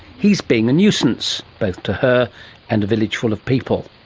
he's being a nuisance, both to her and a village full of people.